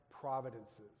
providences